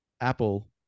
apple